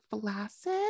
flaccid